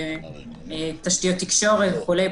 תשתיות תקשורת וכולי.